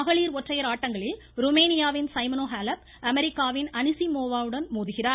மகளிர் ஒற்றையர் ஆட்டங்களில் ருமேனியாவின் சைமனோ ஹேலப் அமெரிக்காவின் அனிசீமோவா உடன் மோதுகிறார்